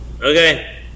Okay